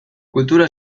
kultura